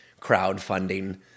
crowdfunding